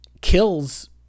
kills